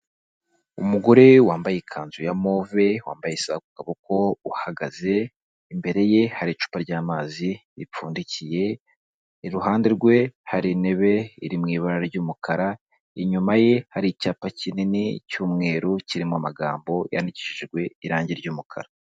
Umugore wambaye ikanzu ya move, wambaye isaha ku kuboko uhagaze, imbere ye hari icupa ry'amazi ripfundikiye, iruhande rwe hari intebe iri m'ibara ry'umukara inyuma ye hari icyapa kinini cy'umweru kirimo amagambo yandikishijwe irangi ry'umukara.